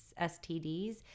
STDs